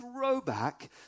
throwback